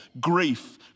Grief